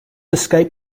escaped